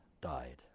died